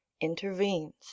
intervenes